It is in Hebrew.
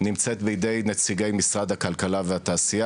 נמצאת בידי נציגי משרד הכלכלה והתעשייה